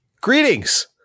Greetings